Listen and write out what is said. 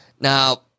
Now